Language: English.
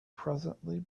presently